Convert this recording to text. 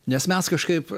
nes mes kažkaip